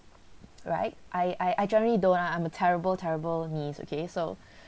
right I I generally don't I I'm a terrible terrible niece okay so